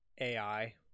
ai